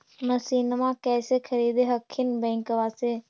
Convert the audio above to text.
मसिनमा कैसे खरीदे हखिन बैंकबा से?